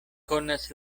konas